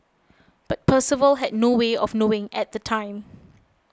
but Percival had no way of knowing at the time